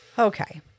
Okay